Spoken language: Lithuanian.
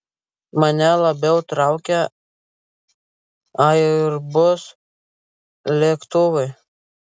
mane labiau traukia airbus lėktuvai